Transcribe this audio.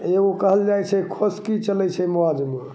एगो कहल जाइ छै खोसकी चलै छै मझमे